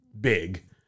big